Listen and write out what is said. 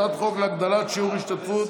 הצעת חוק להגדלת שיעור ההשתתפות